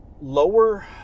lower